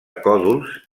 còdols